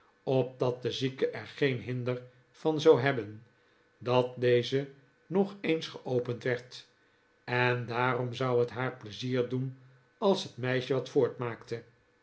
opdat de zieke er geen hinder van zou hebben dat deze nog eens geopend werd en daarom zou het haar pleizier doen als het meisje wat